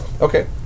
Okay